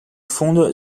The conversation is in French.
fonde